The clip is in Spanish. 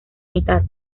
mitad